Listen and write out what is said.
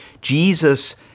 Jesus